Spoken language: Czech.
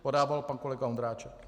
Podával pan kolega Ondráček.